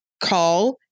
call